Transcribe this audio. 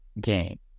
game